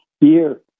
year